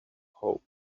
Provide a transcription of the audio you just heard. hope